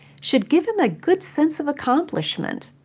should give him a good sense of accomplishment.